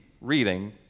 reading